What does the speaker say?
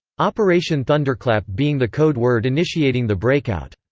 operation thunderclap being the code word initiating the breakout.